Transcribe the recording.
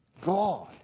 God